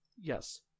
Yes